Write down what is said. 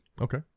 Okay